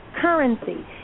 currency